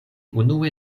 unue